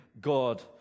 God